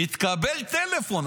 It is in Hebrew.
מתקבל טלפון.